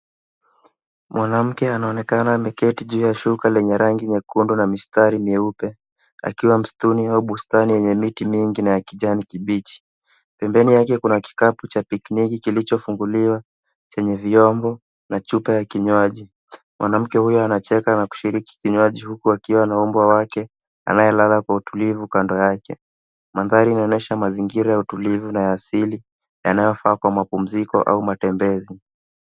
Mwanamke anaonekana ameketi juu ya shuka lenye rangi nyekundu na mistari mieupe akiwa mstuni au bustani yenye miti mingi na ya kijani kibichi. Pembeni yake kuna kikapu cha pikiniki kilicho funguliwa chenye vyombo na chupa ya kinywaji. Mwanamke huyo anacheka na kushiriki kinywaji huku akiwa na umbwa wake anaye lala kwa utulivu kando yake. Mandhari inaonyesha mazingira ya utulivu na ya asili yanayo faa kwa mapunziko au matembezi.